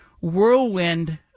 whirlwind